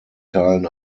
teilen